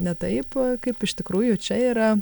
ne taip kaip iš tikrųjų čia yra